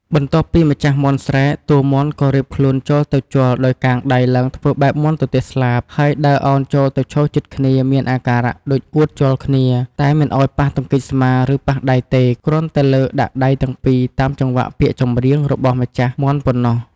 បន្ទាប់ពីម្ចាស់មាន់ស្រែក តួមាន់ក៏រៀបខ្លួនចូលទៅជល់ដោយកាងដៃឡើងធ្វើបែបមាន់ទទះស្លាប ហើយដើរឱនចូលទៅឈរជិតគ្នា មានអាការៈដូចអួតជល់គ្នា តែមិនឱ្យប៉ះទង្គិចស្មា ឬប៉ះដៃទេ គ្រាន់តែលើកដាក់ដៃទាំងពីរ តាមចង្វាក់ពាក្យច្រៀងរបស់ម្ចាស់មាន់ប៉ុណ្ណោះ។